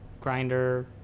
grinder